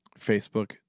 Facebook